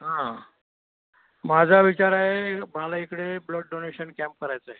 हां माझा विचार आहे मला इकडे ब्लड डोनेशन कॅम्प करायचं आहे